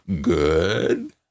Good